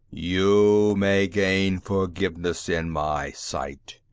you may gain forgiveness in my sight.